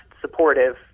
supportive